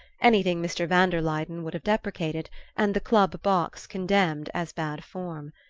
anything mr. van der luyden would have deprecated and the club box condemned as bad form.